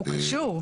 הוא קשור.